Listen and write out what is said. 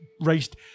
raced